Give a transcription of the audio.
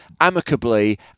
amicably